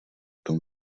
tom